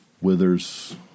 withers